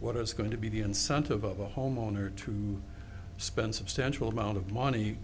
what is going to be the incentive of a homeowner to spend substantial amount of money